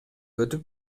өтүп